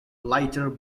lighter